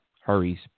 hurries